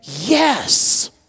yes